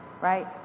right